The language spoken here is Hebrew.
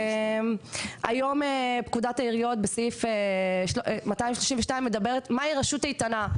היום פקודת העיריות בסעיף 232 אומרת מה היא רשות איתנה.